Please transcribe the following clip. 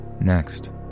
Next